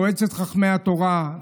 מועצת חכמי התורה,